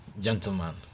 gentleman